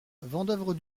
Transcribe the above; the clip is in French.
vendeuvre